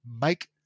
make